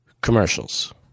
commercials